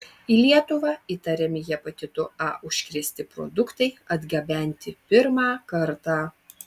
į lietuvą įtariami hepatitu a užkrėsti produktai atgabenti pirmą kartą